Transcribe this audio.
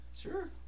sure